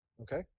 Okay